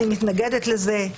אני מתנגדת לזה,